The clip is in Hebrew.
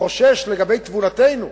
חושש לגבי תבונתנו,